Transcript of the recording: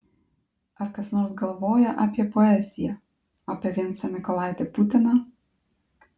ar kas nors galvoja apie poeziją apie vincą mykolaitį putiną